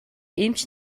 эмч